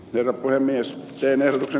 eero ojanen seinältä